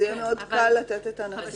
אז יהיה מאוד קל לתת את --- נכון.